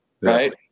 Right